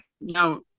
Now